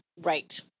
Right